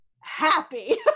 happy